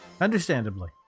Understandably